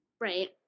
Right